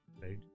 Right